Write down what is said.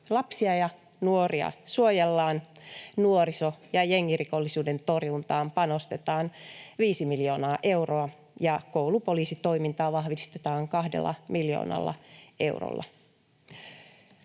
Lapsia ja nuoria suojellaan, nuoriso- ja jengirikollisuuden torjuntaan panostetaan viisi miljoonaa euroa, ja koulupoliisitoimintaa vahvistetaan kahdella miljoonalla eurolla.